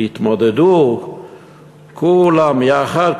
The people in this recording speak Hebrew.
ויתמודדו כולם יחד,